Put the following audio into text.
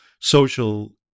social